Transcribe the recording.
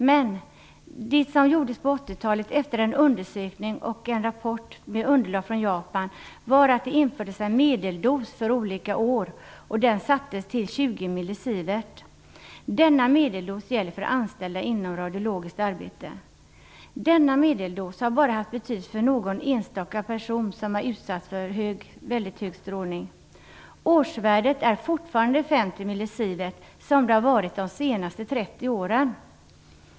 Men det som gjordes på 80-talet efter en undersökning och en rapport med underlag från Japan var att det infördes en medeldos för olika år, och den sattes till 20 millisivert. Denna medeldos gäller för anställda i radiologiskt arbete och har bara haft betydelse för någon enstaka person som har utsatts för väldigt hög strålning. Årsvärdet är fortfarande 50 millisivert, som det varit de senaste 30 åren.